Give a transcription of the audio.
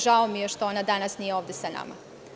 Žao mi je što ona danas nije ovde sa nama.